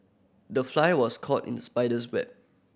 the fly was caught in spider's web